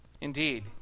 Indeed